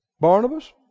Barnabas